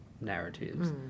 narratives